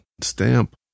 stamp